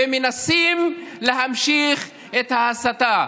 ומנסים להמשיך את ההסתה.